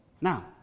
Now